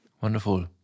Wonderful